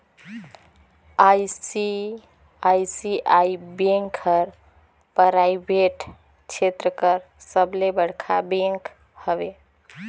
ICICI bank हर private छेत्र कर सबले बड़खा बेंक हवे